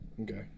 Okay